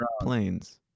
planes